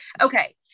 Okay